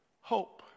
hope